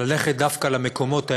ללכת דווקא למקומות האלה,